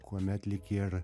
kuomet lyg ir